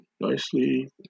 nicely